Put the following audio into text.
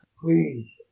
Please